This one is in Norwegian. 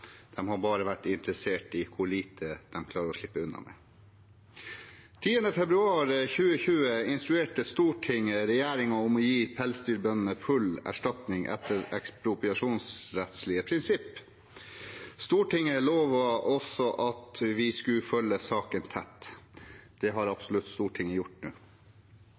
har bare vært interessert i hvor lite den klarer å slippe unna med. Den 11. februar 2020 instruerte Stortinget regjeringen om å gi pelsdyrbøndene full erstatning etter ekspropriasjonsrettslige prinsipp. Stortinget lovet også at vi skulle følge saken tett. Det har absolutt Stortinget gjort